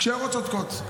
כשההערות צודקות.